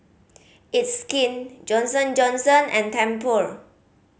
It's Skin Johnson Johnson and Tempur